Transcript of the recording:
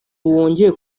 wongeye